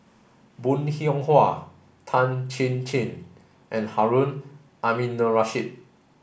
bong Hiong Hwa Tan Chin Chin and Harun Aminurrashid